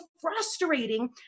frustrating